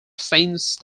saint